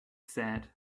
said